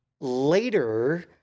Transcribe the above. later